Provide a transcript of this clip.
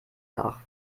nach